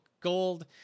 gold